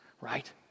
right